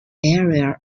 area